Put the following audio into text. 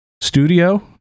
studio